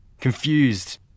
confused